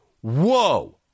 whoa